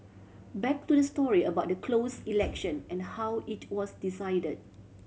back to the story about the closed election and how it was decided